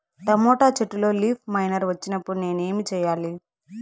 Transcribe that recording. Tomato చెట్టులో leaf miner వచ్చినప్పుడు నేను ఏమి చెయ్యాలి?